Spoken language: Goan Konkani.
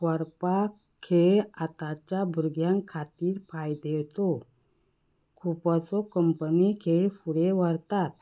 व्हरपाक खेळ आतांच्या भुरग्यां खातीर फायदेचो खुबश्यो कंपनी खेळ फुडें व्हरतात